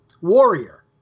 Warrior